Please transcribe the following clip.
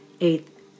Eighth